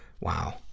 Wow